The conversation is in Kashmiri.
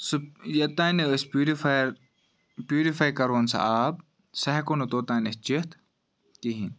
سُہ یوٚتام نہٕ أسۍ پیورِفایَر پیورِفاے کَرہون سُہ آب سُہ ہیٚکو نہٕ توٚتام أسۍ چٮ۪تھ کِہیٖنۍ